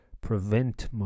prevent